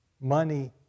Money